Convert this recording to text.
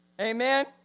Amen